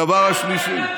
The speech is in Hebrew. הדבר השלישי,